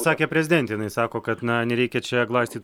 sakė prezidentė jinai sako kad na nereikia čia glaistyt